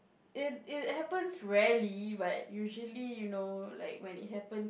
it it happens rarely but usually you know like when it happen